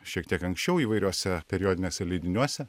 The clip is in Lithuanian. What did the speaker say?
šiek tiek anksčiau įvairiuose periodiniuose leidiniuose